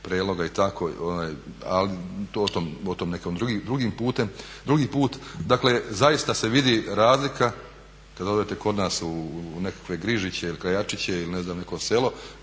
Preloga i tako, ali o tom neki drugi put. Dakle, zaista se vidi razlika kad odete kod nas u nekakve Grižiće ili Krajačiće ili ne znam